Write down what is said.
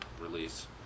release